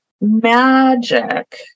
magic